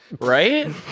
Right